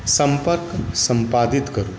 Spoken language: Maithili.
सम्पर्क सम्पादित करू